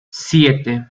siete